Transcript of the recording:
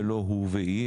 ולא 'הוא והיא',